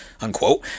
unquote